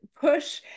push